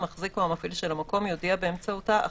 המחזיק או המפעיל של המקום יודיע באמצעותה,